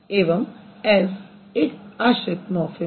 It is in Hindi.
एवं s एक आश्रित मॉर्फ़िम है